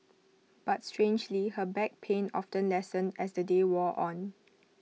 but strangely her back pain often lessened as the day wore on